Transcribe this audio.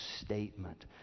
statement